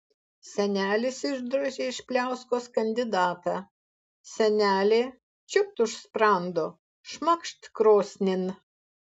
senelis išdrožė iš pliauskos kandidatą senelė čiūpt už sprando šmakšt krosnin